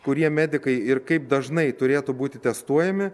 kurie medikai ir kaip dažnai turėtų būti testuojami